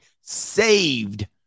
saved